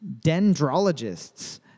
Dendrologists